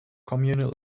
communal